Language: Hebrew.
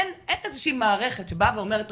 אין איזושהי מערכת שבאה ואומרת,